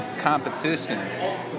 competition